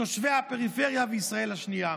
תושבי הפריפריה וישראל השנייה.